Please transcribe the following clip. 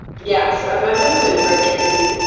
yes. amendments ah are tricky,